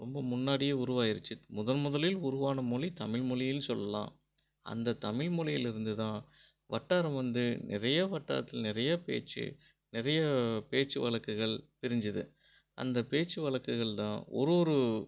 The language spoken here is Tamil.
ரொம்ப முன்னாடியே உருவாகிருச்சி முதன்முதலில் உருவான மொழி தமிழ் மொழின்னு சொல்லலாம் அந்த தமிழ் மொழியிலிருந்து தான் வட்டாரம் வந்து நிறைய வட்டாரத்தில் நிறைய பேச்சு நிறைய பேச்சு வழக்குகள் பிரிஞ்சுது அந்த பேச்சு வழக்குகள் தான் ஒரு ஒரு